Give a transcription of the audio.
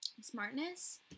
smartness